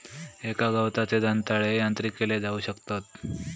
एका गवताचे दंताळे यांत्रिक केले जाऊ शकतत